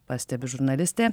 pastebi žurnalistė